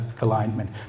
alignment